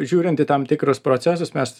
žiūrint į tam tikrus procesus mes